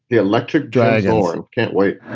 the electric drag or can't wait